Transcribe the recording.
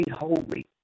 holy